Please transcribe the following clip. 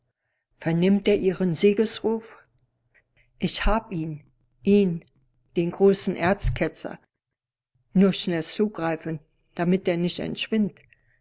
vernimmt er ihren siegesruf ich hab ihn ihn den großen erzketzer nur schnell zugreifen damit er nicht